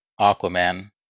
Aquaman